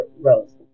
rose